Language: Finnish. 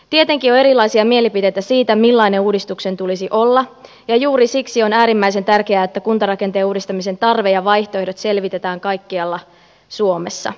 tietenkin on erilaisia mielipiteitä siitä millainen uudistuksen tulisi olla ja juuri siksi on äärimmäisen tärkeää että kuntarakenteen uudistamisen tarve ja vaihtoehdot selvitetään kaikkialla suomessa